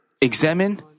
examine